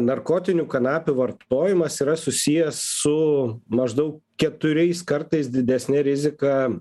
narkotinių kanapių vartojimas yra susijęs su maždaug keturiais kartais didesne rizika